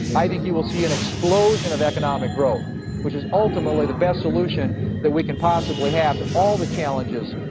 i think you will see an explosion of economic growth which is ultimately the best solution that we can possibly have to all the challenges,